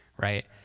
right